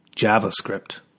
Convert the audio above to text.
JavaScript